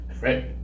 Right